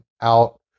out